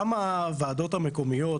גם הוועדות המקומיות,